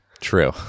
true